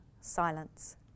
silence